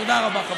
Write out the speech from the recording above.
תודה רבה.